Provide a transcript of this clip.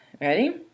ready